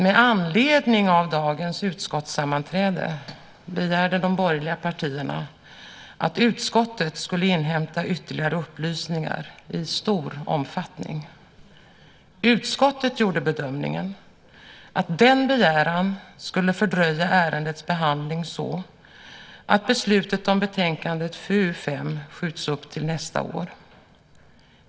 Med anledning av dagens utskottssammanträde begärde de borgerliga partierna att utskottet skulle inhämta ytterligare upplysningar i stor omfattning. Utskottet gjorde bedömningen att den begäran skulle fördröja ärendets behandling så att beslutet om betänkandet FöU5 skjuts upp till nästa år.